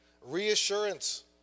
Reassurance